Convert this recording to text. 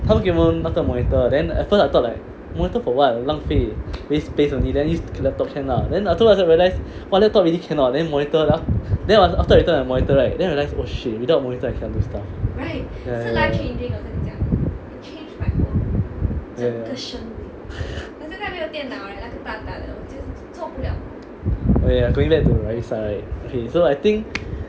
他们给我们那个 monitor then at first I thought like monitor for what 很浪费 waste space only then use laptop can lah then after that I realise !wah! laptop really cannot then after that I return the monitor I realise oh shit without my monitor I cannot do stuff oh ya going back to raeesah right okay so I think